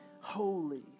holy